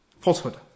falsehood